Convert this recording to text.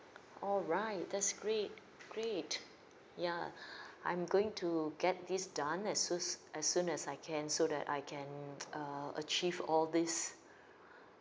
alright that's great great yeah I'm going to get this done as soos~ as soon as I can so that I can err achieve all these